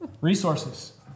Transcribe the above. Resources